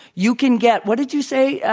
you can get what did you say,